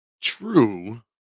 true